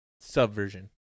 subversion